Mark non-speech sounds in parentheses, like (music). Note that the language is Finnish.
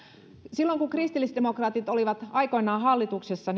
silloin kun kristillisdemokraatit olivat aikoinaan hallituksessa (unintelligible)